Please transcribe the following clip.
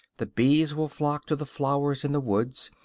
the bees will flock to the flowers in the woods,